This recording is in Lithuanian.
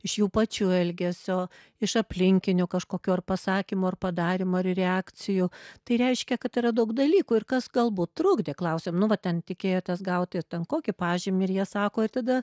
iš jų pačių elgesio iš aplinkinių kažkokių ar pasakymų ar padarymų ar reakcijų tai reiškia kad yra daug dalykų ir kas galbūt trukdė klausiam nu va ten tikėjotės gauti ten kokį pažymį ir jie sako ir tada